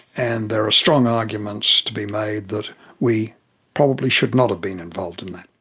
and there are strong arguments to be made that we probably should not have been involved in that.